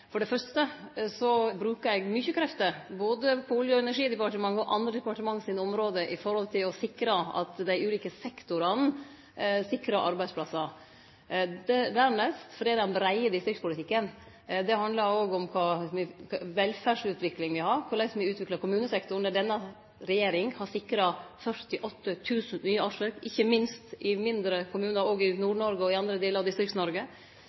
For det fyrste brukar eg mykje krefter både på Olje- og energidepartementet sine område og på andre departement sine område for å sikre at dei ulike sektorane sikrar arbeidsplassar, og dernest fordi den breie distriktspolitikken òg handlar om kva for velferdsutvikling me har og korleis me utviklar kommunesektoren. Denne regjeringa har sikra 48 000 nye årsverk, ikkje minst i mindre kommunar – òg i Nord-Noreg og i andre delar av